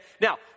Now